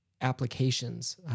applications